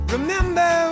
Remember